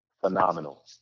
Phenomenal